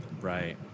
Right